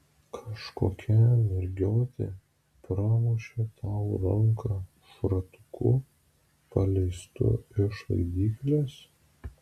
kažkokia mergiotė pramušė tau ranką šratuku paleistu iš laidyklės